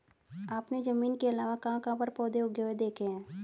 आपने जमीन के अलावा कहाँ कहाँ पर पौधे उगे हुए देखे हैं?